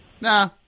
Nah